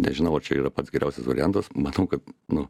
nežinau ar čia yra pats geriausias variantas matau kad nu